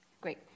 Great